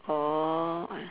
oh ah